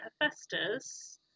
Hephaestus